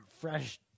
fresh